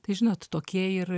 tai žinot tokie ir